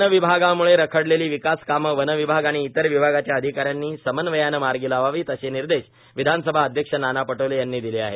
one विभागाम्ळे रखडलेली विकास कामं वन विभाग आणि इतर विभागाच्या अधिकाऱ्यांनी समन्वयाने मार्गी लावावीत असे निर्देश विधानसभा अध्यक्ष नाना पटोले यांनी दिले आहेत